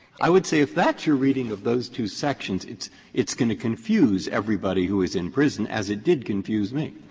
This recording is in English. i would say if that's your reading of those two sections, it's it's going to confuse everybody who is in prison, as it did confuse me.